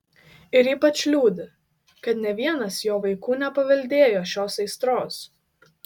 ir ypač liūdi kad nė vienas jo vaikų nepaveldėjo šios aistros